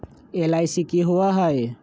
LIC की होअ हई?